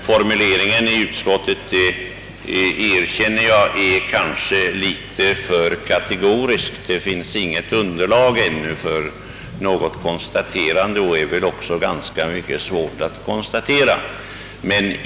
Formuleringen i utskottsutlåtandet är, det erkänner jag, kanske något för kategorisk. Det finns ännu inte något underlag för något konstaterande, och det är väl också ganska svårt att göra ett konstaterande.